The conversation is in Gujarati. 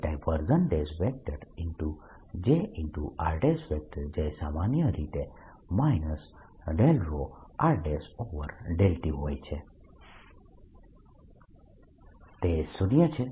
Jr જે સામાન્ય રીતે - ρrt હોય છે તે શૂન્ય છે